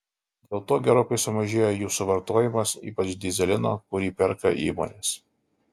dėl to gerokai sumažėjo jų suvartojimas ypač dyzelino kurį perka įmonės